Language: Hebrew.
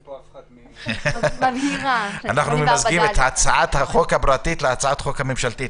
אנחנו ממזגים את הצעת החוק הפרטית להצעת החוק הממשלתית.